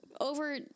over